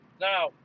Now